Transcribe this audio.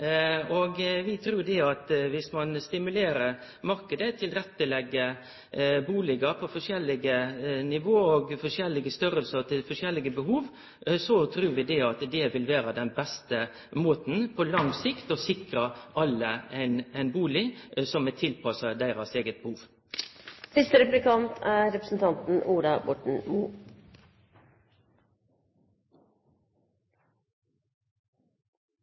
Vi trur at om ein stimulerer marknaden, tilrettelegg bustader på forskjellige nivå og forskjellige størrelsar etter forskjellige behov, vil det vere den beste måten for på lang sikt å sikre alle ein bustad som er tilpassa deira eige behov. Aller først la jeg merke til at representanten